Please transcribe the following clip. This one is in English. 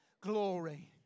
glory